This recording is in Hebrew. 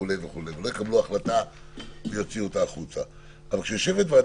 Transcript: יקבלו החלטה לבד ויוציאו אותה החוצה.